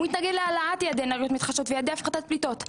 הוא מתנגד להעלאת יעדי אנרגיות מתחדשות ויעדי הפחתת פליטות.